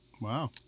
Wow